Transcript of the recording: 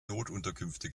notunterkünfte